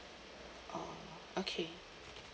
oh okay